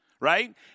right